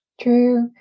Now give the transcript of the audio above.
True